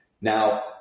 Now